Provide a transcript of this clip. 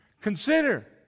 consider